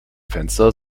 fenster